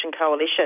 Coalition